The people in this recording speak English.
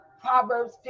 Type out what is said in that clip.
proverbs